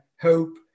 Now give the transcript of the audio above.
hope